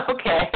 Okay